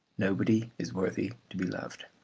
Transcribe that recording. nobody is worthy to be loved.